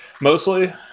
Mostly